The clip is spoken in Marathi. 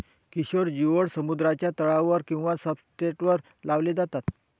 किशोर जिओड्स समुद्राच्या तळावर किंवा सब्सट्रेटवर लावले जातात